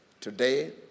Today